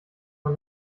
man